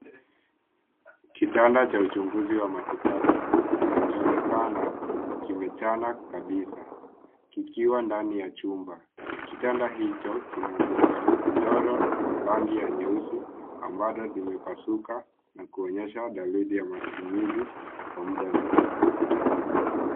Kitanda cha uchunguzi wa matibabu. Kinachoonekana kimechana kabisa. Kikiwa ndani ya chumba. Kitanda hicho kina godoro la rangi ya nyeusi, ambalo limepasuka na kuonyesha dalili ya matumizi kwa muda mrefu.